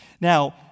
Now